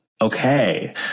Okay